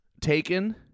taken